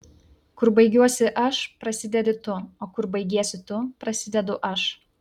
kur baigiuosi aš prasidedi tu o kur baigiesi tu prasidedu aš